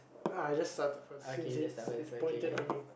I just started first since it's it's pointed to me